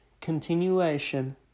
continuation